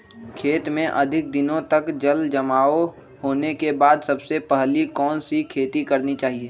खेत में अधिक दिनों तक जल जमाओ होने के बाद सबसे पहली कौन सी खेती करनी चाहिए?